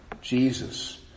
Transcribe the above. Jesus